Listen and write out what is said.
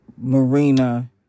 Marina